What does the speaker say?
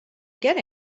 get